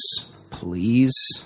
please